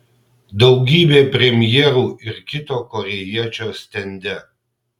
daugybė premjerų ir kito korėjiečio stende